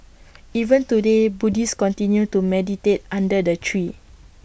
even today Buddhists continue to meditate under the tree